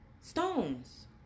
stones